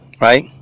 right